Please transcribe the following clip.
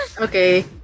Okay